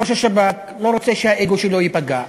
ראש השב"כ לא רוצה שהאגו שלו ייפגע,